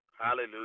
hallelujah